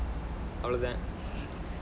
all of that